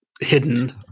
hidden